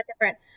different